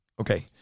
Okay